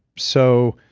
so,